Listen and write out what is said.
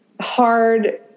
hard